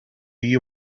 you